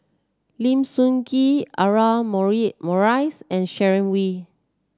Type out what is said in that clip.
Lim Sun Gee Audra Morrice and Sharon Wee